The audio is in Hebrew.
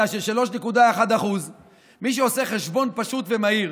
של 3.1%. מי שעושה חשבון פשוט ומהיר